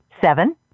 seven